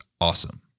awesome